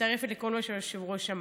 מצטרפת לכל מה שהיושב-ראש אמר.